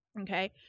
okay